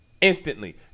instantly